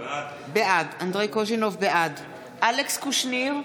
בעד אלכס קושניר,